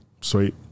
Sweet